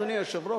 אדוני היושב-ראש,